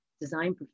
design